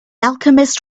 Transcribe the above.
alchemist